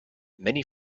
many